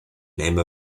name